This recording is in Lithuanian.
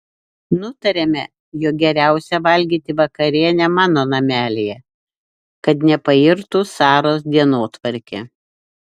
nutariame jog geriausia valgyti vakarienę mano namelyje kad nepairtų saros dienotvarkė